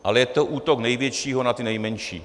Ale je to útok největšího na ty nejmenší.